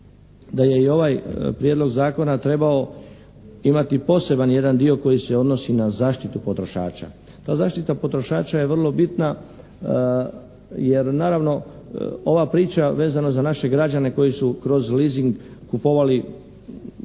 da je i ovaj prijedlog zakona trebao imati poseban jedan dio koji se odnosi na zaštitu potrošača. Ta zaštita potrošača je vrlo bitna jer naravno ova priča vezano za naše građane koji su kroz leasing kupovali